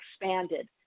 expanded